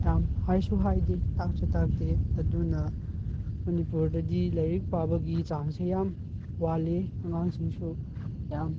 ꯌꯥꯝ ꯍꯥꯏꯁꯨ ꯍꯥꯏꯗꯦ ꯇꯥꯛꯁꯨ ꯇꯥꯛꯇꯦ ꯑꯗꯨꯅ ꯃꯅꯤꯄꯨꯔꯗꯗꯤ ꯂꯥꯏꯔꯤꯛ ꯄꯥꯕꯒꯤ ꯆꯥꯡꯁꯦ ꯌꯥꯝ ꯋꯥꯠꯂꯦ ꯑꯉꯥꯡꯁꯤꯡꯁꯨ ꯌꯥꯝ